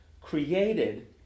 created